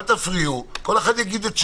אל תפריעו, כל אחד יגיד את שלו.